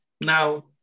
Now